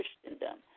Christendom